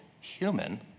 human